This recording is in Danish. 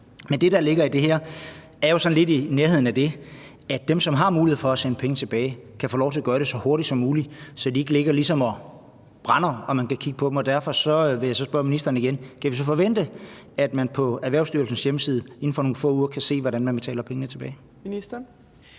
det, der ligger i det her, er jo sådan lidt i nærheden af det: at dem, som har mulighed for at sende penge tilbage, kan få lov til at gøre det så hurtigt som muligt, så de ikke ligesom ligger og brænder i lommen, og man kan kigge på dem. Og derfor vil jeg spørge ministeren igen: Skal vi så forvente, at man på Erhvervsstyrelsens hjemmeside inden for nogle få uger kan se, hvordan man betaler pengene tilbage? Kl.